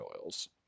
oils